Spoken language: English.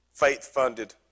Faith-funded